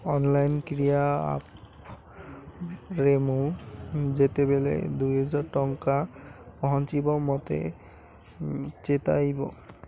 online କ୍ରୀୟା ଆପ୍ରେ ମୁଁ ଯେତେବେଳେ ଦୁଇହଜାର ଟଙ୍କା ପହଞ୍ଚିବ ମୋତେ ଚେତାଇବ